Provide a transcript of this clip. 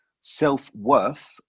self-worth